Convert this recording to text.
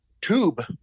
tube